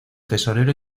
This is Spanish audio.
tesorero